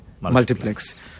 multiplex